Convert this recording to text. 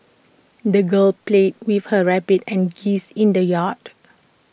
the girl played with her rabbit and geese in the yard